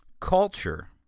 culture